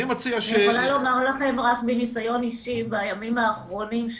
אני יכולה לומר לכם מניסיון אישי בימים האחרונים,